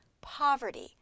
poverty